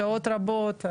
שעות רבות,